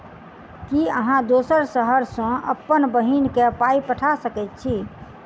की अहाँ दोसर शहर सँ अप्पन बहिन केँ पाई पठा सकैत छी?